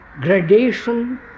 gradation